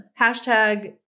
hashtag